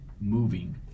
moving